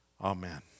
Amen